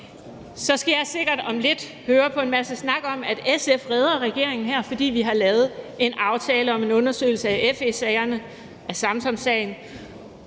Så skal jeg sikkert om lidt høre på en masse snak om, at SF redder regeringen her, fordi vi har lavet en aftale om en undersøgelse af FE-sagen og Samsamsagen